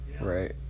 Right